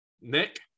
nick